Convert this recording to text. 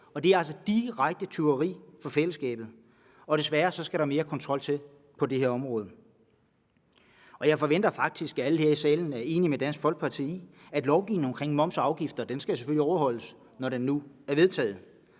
altså direkte tyveri fra fællesskabet. Desværre skal der mere kontrol til på det her område. Jeg forventer faktisk, at alle her i salen er enige med Dansk Folkeparti i, at lovgivningen om skatter og afgifter selvfølgelig skal overholdes, når den nu er vedtaget.